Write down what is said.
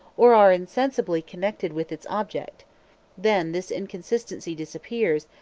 or are inseparably connected with its object then this inconsistency disappears,